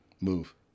move